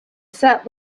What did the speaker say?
sat